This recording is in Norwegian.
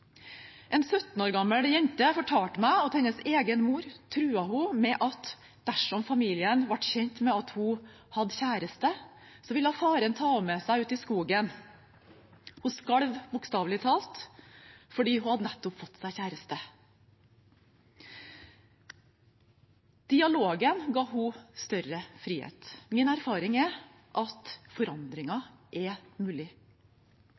En 17 år gammel jente fortalte meg at hennes egen mor truet henne med at dersom familien ble kjent med at hun hadde kjæreste, ville faren ta henne med seg ut i skogen. Hun skalv bokstavelig talt, for hun hadde nettopp fått seg kjæreste. Dialogen ga henne større frihet. Min erfaring er at forandring er mulig.